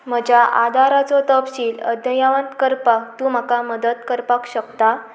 म्हज्या आदाराचो तपशील अद्यावत करपाक तूं म्हाका मदत करपाक शकता